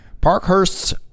Parkhurst's